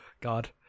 God